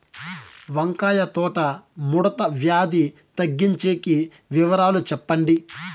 వంకాయ తోట ముడత వ్యాధి తగ్గించేకి వివరాలు చెప్పండి?